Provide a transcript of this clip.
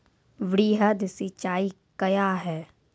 वृहद सिंचाई कया हैं?